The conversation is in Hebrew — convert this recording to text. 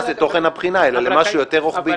לתוכן הבחינה אלא למשהו יותר רוחבי.